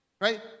right